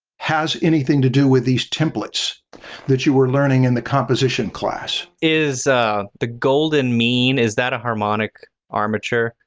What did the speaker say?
has anything to do with these templates that you were learning in the composition class. stan is the golden mean, is that a harmonic armature?